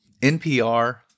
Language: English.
NPR